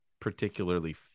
particularly